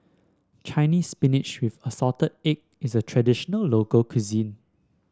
Chinese Spinach with assorted egg is a traditional local cuisine